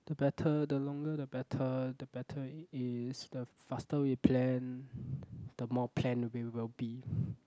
the better the longer the better the better is the faster we plan the more planned we will be